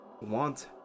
want